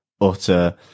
utter